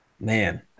Man